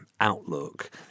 outlook